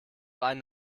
einen